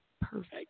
Perfect